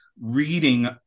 reading